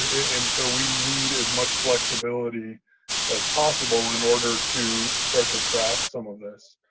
and so we need as much flexibility as possible in order to start to craft some of this.